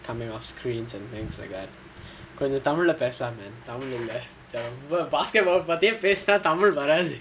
coming on screens and things like that கொஞ்சம்:konjam tamil leh பேசலாமே:pesalaamae tamil இல்ல:illa basketball பத்தியே பேசுனா:pathiyae pesunaa tamil வராது:varaathu